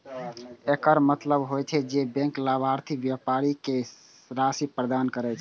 एकर मतलब होइ छै, जे बैंक लाभार्थी व्यापारी कें राशि प्रदान करै छै